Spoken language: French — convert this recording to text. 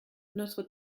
notre